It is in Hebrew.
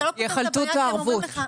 יחלטו את הערבות.